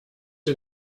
ihr